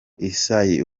isaie